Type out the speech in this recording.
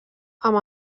amb